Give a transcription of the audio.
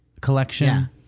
collection